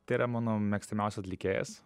tai yra mano mėgstamiausias atlikėjas